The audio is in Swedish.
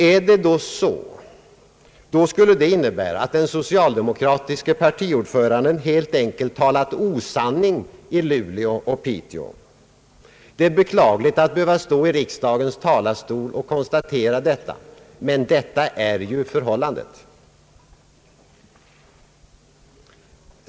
Är det så, då skulle det innebära att den socialdemokratiske partiordföranden helt enkelt talat osanning i Luleå och Piteå. Det är beklagligt att behöva stå i riksdagens talarstol och konstatera detta, men så är förhållandet.